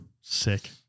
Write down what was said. sick